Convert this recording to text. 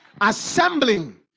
Assembling